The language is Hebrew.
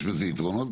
יש בזה יתרונות,